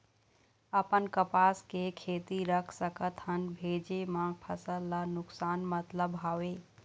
अपन कपास के खेती रख सकत हन भेजे मा फसल ला नुकसान मतलब हावे?